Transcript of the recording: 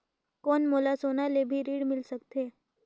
कौन मोला सोना ले भी ऋण मिल सकथे?